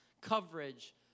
coverage